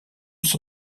son